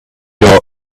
your